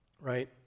right